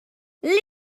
lemme